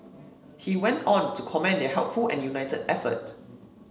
he went on to commend their helpful and united effort